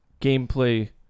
gameplay